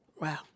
Wow